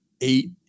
eight